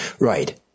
Right